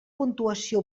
puntuació